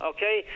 Okay